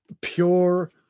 Pure